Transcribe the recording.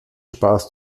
spaß